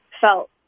felt